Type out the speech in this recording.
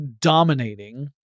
dominating